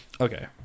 Okay